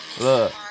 Look